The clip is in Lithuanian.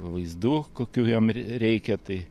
vaizdų kokių jam rei reikia tai